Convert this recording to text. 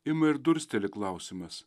ima ir dursteli klausimas